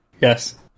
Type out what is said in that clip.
Yes